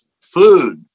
food